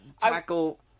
tackle